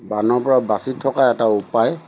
বানৰ পৰা বাচি থকা এটা উপায়